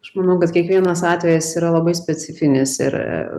aš manau kad kiekvienas atvejis yra labai specifinis ir